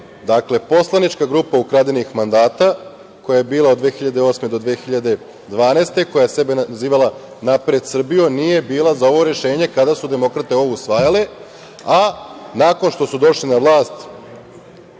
Dakle, poslanička grupa ukradenih mandata, koja je bila od 2008. do 2012. godine, koja je sebe nazivala „Napred Srbijo“ nije bila za ovo rešenje kada su demokrate ovo usvajale, a nakon što su došli na vlast